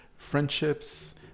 friendships